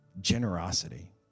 generosity